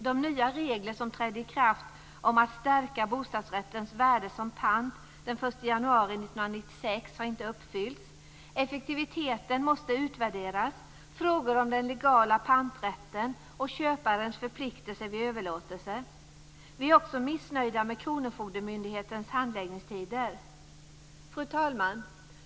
De nya regler som trädde i kraft om att man skulle stärka bostadsrättens värde som pant den 1 januari 1996 har inte uppfyllts. Effektiviteten måste utvärderas. Det gäller också frågan om den legala panträtten och köparens förpliktelser vid överlåtelse. Vi är också missnöjda med kronofogdemyndigheternas handläggningstider. Fru talman!